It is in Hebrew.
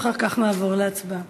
ואחר כך נעבור להצבעה.